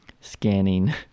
scanning